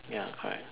ya correct